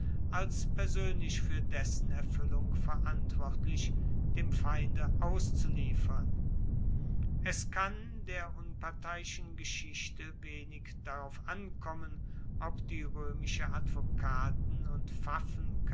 als persoenlich fuer dessen erfuellung verantwortlich dem feinde auszuliefern es kann der unparteiischen geschichte wenig darauf ankommen ob die roemische advokaten und